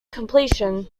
completion